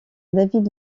david